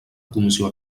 comissió